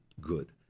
good